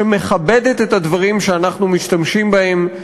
שמכבדת את הדברים שאנחנו משתמשים בהם,